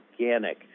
organic